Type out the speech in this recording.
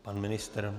Pan ministr?